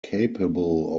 capable